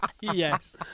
Yes